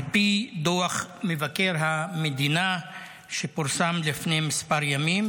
על פי דוח מבקר המדינה שפורסם לפני כמה ימים,